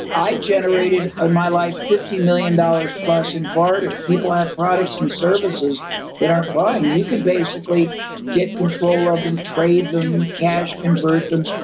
i generated in my life fifty million dollars plus in barter. people have products and services that aren't buying. you can basically get control of them, and trade them, cash, convert them.